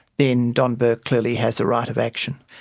then don burke clearly has a right of action.